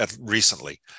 recently